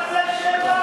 אבל זה שבח.